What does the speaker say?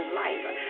life